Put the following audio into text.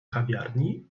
kawiarni